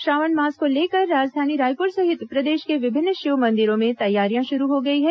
श्रावण मास को लेकर राजधानी रायपुर सहित प्रदेश के विभिन्न शिव मंदिरों में तैयारियां शुरू हो गई हैं